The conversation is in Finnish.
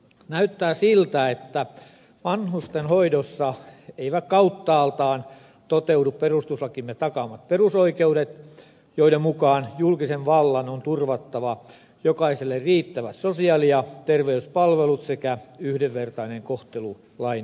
näyttää siltä että vanhustenhoidossa eivät kauttaaltaan toteudu perustuslakimme takaamat perusoikeudet joiden mukaan julkisen vallan on turvattava jokaiselle riittävät sosiaali ja terveyspalvelut sekä yhdenvertainen kohtelu lain edessä